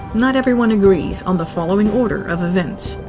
not everyone agrees on the following order of events.